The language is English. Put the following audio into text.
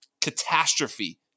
catastrophe